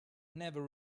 never